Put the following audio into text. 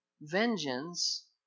vengeance